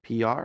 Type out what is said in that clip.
PR